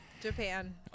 japan